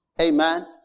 Amen